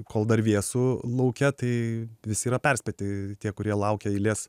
kol dar vėsu lauke tai visi yra perspėti tie kurie laukia eilės